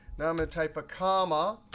now i'm going type a comma,